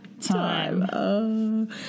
time